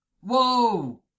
Whoa